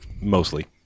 mostly